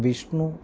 Vishnu